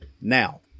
Now